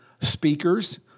speakers